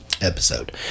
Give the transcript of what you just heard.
episode